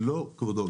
לא, כבודו.